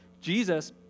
Jesus